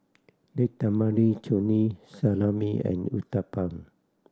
Date Tamarind Chutney Salami and Uthapam